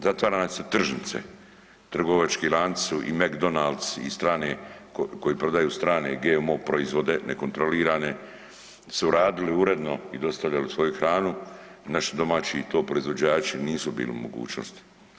Zatvaraju nam se tržnice, trgovački lanci su i McDonalds i strane, koji prodaju strane GMO proizvode nekontrolirane su radili uredno i dostavljali svoju hranu, naši domaći to proizvođači nisu bili u mogućnosti.